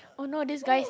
oh no this guy